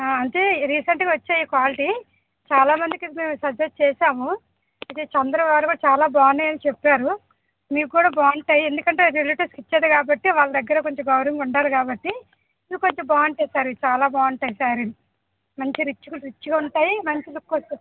ఆ అంటే రీసెంట్గా వచ్చాయి క్వాలిటీ చాలా మందికి మేము సజెస్ట్ చేసాము ఇది వచ్చి అందరు కూడా చాలా బాగున్నాయి అని చెప్పారు మీకు కూడా బాగుంటాయి ఎందుకంటే రిలేటీవ్స్కి ఇచ్చేదే కాబట్టి వాళ్ళ దగ్గర కొంచెం గౌరవంగా ఉండాలి కాబట్టి ఇది కొంచెం బాగుంటాయి సార్ ఇవి చాలా బాగుంటాయి సారీలు మంచి రిచ్గు రిచ్గా ఉంటాయి మంచి లుక్ వస్తుంది